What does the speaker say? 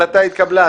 הצבעה בעד,